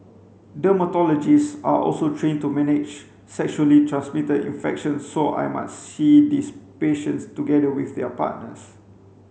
dermatologists are also trained to manage sexually transmitted infections so I might see these patients together with their partners